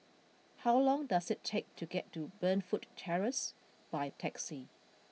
how long does it take to get to Burnfoot Terrace by taxi